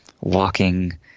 walking